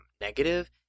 negative